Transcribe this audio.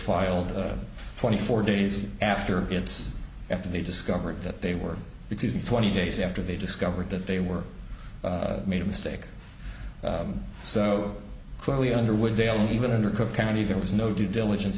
filed twenty four days after it's after they discover that they were between twenty days after they discovered that they were made a mistake so clearly underwood dalal even under cook county there was no due diligence